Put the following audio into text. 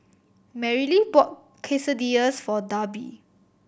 Merrilee bought Quesadillas for Darby